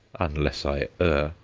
unless i err,